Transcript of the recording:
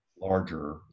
larger